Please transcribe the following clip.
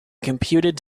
computed